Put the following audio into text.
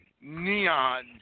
neon